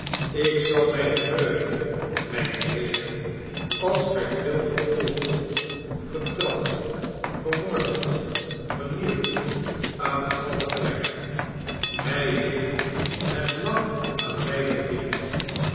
ik zal mij verheugen mijne heeren als gij quilp vervolgt vertrapt vermorselt vernielt aan de galg brengt hij heeft het lang aan mij verdiend